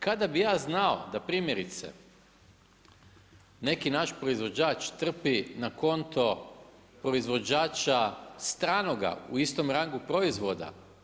Kada bih ja znao da primjerice neki naš proizvođač trpi na konto proizvođača stranoga u istom rangu proizvoda.